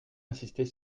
insister